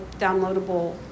downloadable